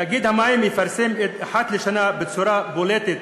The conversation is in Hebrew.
תאגיד המים יפרסם אחת לשנה בצורה בולטת